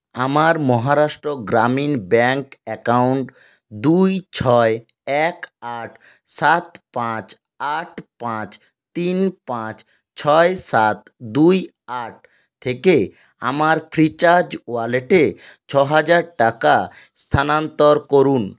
আমার Maharashtra Gramin bank account দুই ছয় এক আট সাত পাঁচ আট পাঁচ তিন পাঁচ ছয় সাত দুই আট থেকে আমার ফ্রিচার্জ ওয়ালেটে ছ হাজার টাকা স্থানান্তর করুন